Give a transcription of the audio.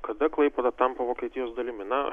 kada klaipėda tampa vokietijos dalimi na